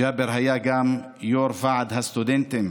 ג'אבר היה גם יו"ר ועד הסטודנטים